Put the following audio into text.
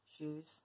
shoes